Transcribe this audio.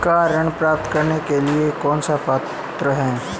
Car ऋण प्राप्त करने के लिए कौन पात्र है?